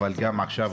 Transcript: אבל גם עכשיו,